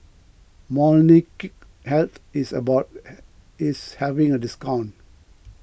Molnylcke health is about is having a discount